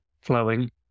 flowing